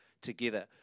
together